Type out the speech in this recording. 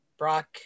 Brock